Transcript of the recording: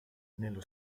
nello